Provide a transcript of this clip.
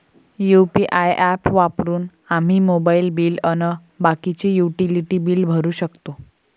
UPI app वापरून आम्ही mobile bill अन बाकीचे युटिलिटी बिल भरू शकतो